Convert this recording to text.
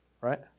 right